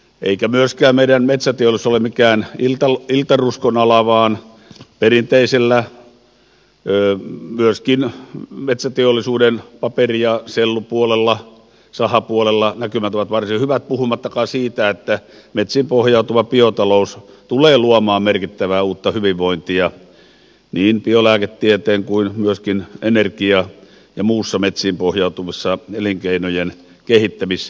eikä myöskään meidän metsäteollisuus ole mikään iltaruskon ala vaan myöskin perinteisellä metsäteollisuuden paperi ja sellupuolella sahapuolella näkymät ovat varsin hyvät puhumattakaan siitä että metsiin pohjautuva biotalous tulee luomaan merkittävää uutta hyvinvointia niin biolääketieteessä kuin myöskin energian ja muussa metsiin pohjautuvassa elinkeinojen kehittämistyössä